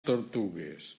tortugues